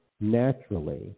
naturally